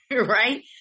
right